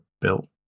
built